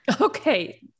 Okay